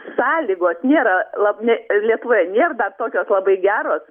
sąlygos nėra lab ne lietuvoje nėr dar tokios labai geros